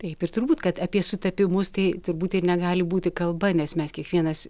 taip ir turbūt kad apie sutapimus tai turbūt ir negali būti kalba nes mes kiekvienas